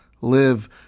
live